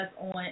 on